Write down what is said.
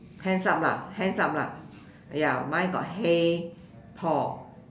hands up lah hands up lah ya mine got hey Paul